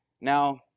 Now